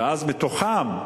ואז מתוכם,